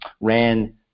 ran